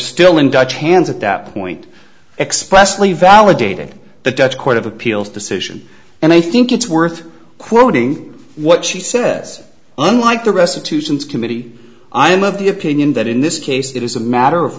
still in dutch hands at that point expressly validated the dutch court of appeals decision and i think it's worth quoting what she says unlike the rest of tucson's committee i'm of the opinion that in this case it is a matter of